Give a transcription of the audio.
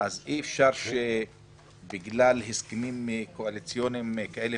אז אי אפשר שבגלל הסכמים קואליציוניים כאלה